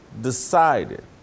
decided